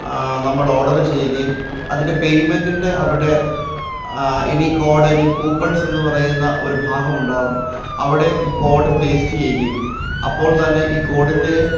നമ്മൾ ഓഡറ് ചെയ്യുകയും അതിന്റെ പേയ്മെന്റിന്റെ അവിടെ ഇനി കോഡ് എനി കൂപ്പണ്സ് എന്നു പറയുന്ന ഒരു ഭാഗം ഉണ്ടാവും അവിടെ ഈ കോഡ് പേസ്റ്റ് ചെയ്യുകയും അപ്പോള് തന്നെ ഈ കോഡിന്റെ